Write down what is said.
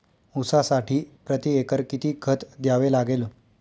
ऊसासाठी प्रतिएकर किती खत द्यावे लागेल?